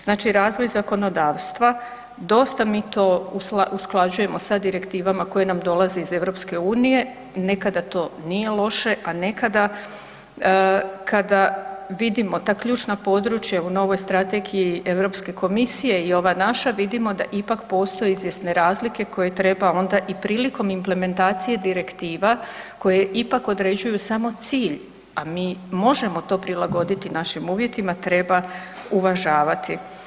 Znači razvoj zakonodavstva dosta mi to usklađujemo sa direktivama koje nam dolaze iz EU, nekada to nije loše, a nekada kada vidimo ta ključna područja u novoj strategiji Europske komisije i ova naša vidimo da ipak postoji izvjesne razlike koje treba onda i prilikom implementacije direktiva koje ipak određuju samo cilj, a mi možemo to prilagoditi našim uvjetima treba uvažavati.